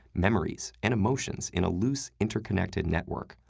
memories, and emotions in a loose interconnected network,